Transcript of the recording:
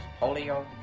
polio